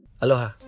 Aloha